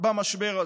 במשבר הזה.